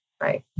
Right